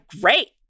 great